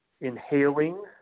inhaling